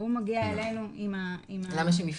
הוא מגיע אלינו עם ה- -- למה שהם יפנו?